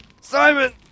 Simon